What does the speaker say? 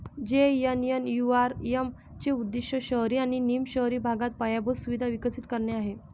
JNNURM चे उद्दीष्ट शहरी आणि निम शहरी भागात पायाभूत सुविधा विकसित करणे आहे